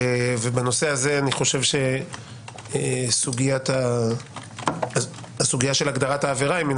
ובנושא הזה אני חושב שהסוגיה של הגדרת העבירה היא מן